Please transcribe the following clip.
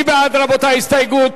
מי בעד, רבותי, ההסתייגות